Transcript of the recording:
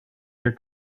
your